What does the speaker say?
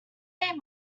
ate